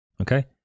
Okay